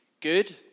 good